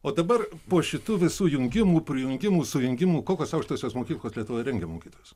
o dabar po šitų visų jungimų prijungimų sujungimų kokios aukštosios mokyklos lietuvoje rengia mokytojus